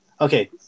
Okay